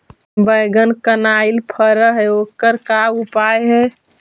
बैगन कनाइल फर है ओकर का उपाय है?